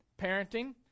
parenting